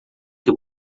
que